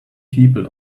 people